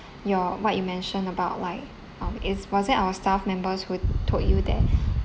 your what you mentioned about like um is was it our staff members who told you that